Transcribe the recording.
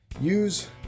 use